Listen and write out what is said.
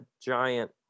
giant